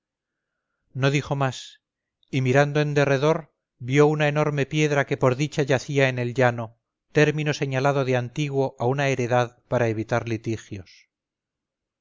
no dijo más y mirando en derredor vio una enorme piedra que por dicha yacía en el llano término señalado de antiguo a una heredad para evitar litigios